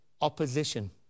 opposition